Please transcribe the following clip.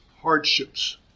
hardships